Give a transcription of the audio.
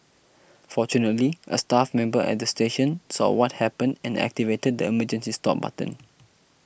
fortunately a staff member at the station saw what happened and activated the emergency stop button